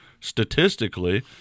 statistically –